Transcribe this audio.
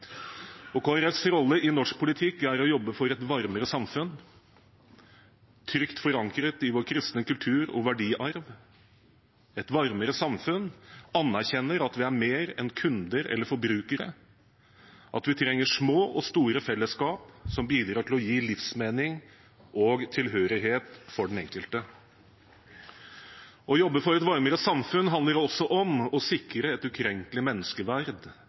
rolle i norsk politikk er å jobbe for et varmere samfunn, trygt forankret i vår kristne kultur og verdiarv. Et varmere samfunn anerkjenner at vi er mer enn kunder eller forbrukere, at vi trenger små og store fellesskap som bidrar til å gi livsmening og tilhørighet for den enkelte. Å jobbe for et varmere samfunn handler også om å sikre et ukrenkelig menneskeverd